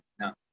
no